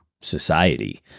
society